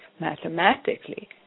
mathematically